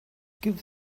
gives